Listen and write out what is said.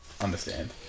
understand